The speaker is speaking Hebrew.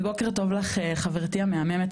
ובוקר טוב לך חברתי המהממת,